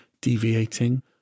deviating